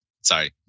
sorry